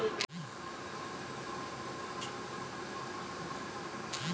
ভারতবর্ষে পনেরো থেকে পঁচিশ বছর বয়সী মানুষদের যুবক বলা হয়